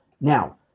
Now